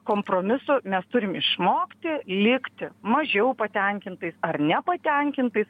kompromisų mes turim išmokti likti mažiau patenkintais ar nepatenkintais